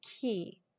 key